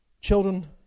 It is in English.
Children